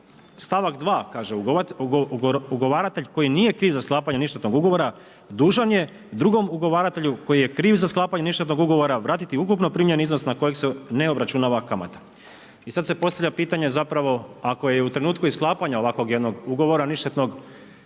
stavak 2. kaže: „Ugovaratelj koji nije kriv za sklapanje ništetnog ugovora dužan je drugom ugovaratelju koji je kriv za sklapanje ništetnog ugovora vratiti ukupno primljeni iznos na kojeg se ne obračunava kamata.“ I sad se postavlja pitanje zapravo ako je u trenutku i sklapanja ovakvog jednog ugovora ništetnog kako